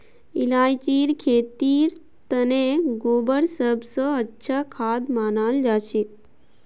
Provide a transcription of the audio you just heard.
इलायचीर खेतीर तने गोबर सब स अच्छा खाद मनाल जाछेक